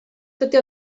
dydy